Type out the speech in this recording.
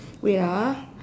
wait ah